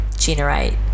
generate